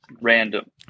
random